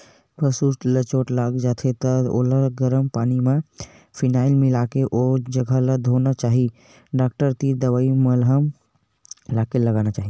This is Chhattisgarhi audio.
पसु ल चोट लाग जाथे त ओला गरम पानी म फिनाईल मिलाके ओ जघा ल धोना चाही डॉक्टर तीर दवई मलहम लानके लगाना चाही